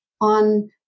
on